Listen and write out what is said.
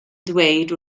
ddweud